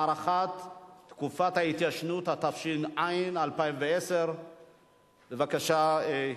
הארכת תקופת ההתיישנות), התש"ע 2010. בבקשה.